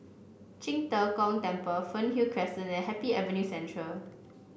Qing De Gong Temple Fernhill Crescent and Happy Avenue Central